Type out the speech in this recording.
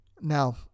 Now